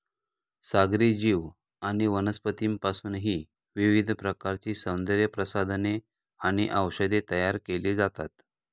सागरी जीव आणि वनस्पतींपासूनही विविध प्रकारची सौंदर्यप्रसाधने आणि औषधे तयार केली जातात